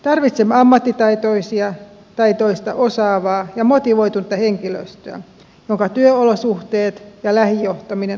tarvitsemme ammattitaitoista osaavaa ja motivoitunutta henkilöstöä jonka työolosuhteet ja lähijohtaminen ovat kunnossa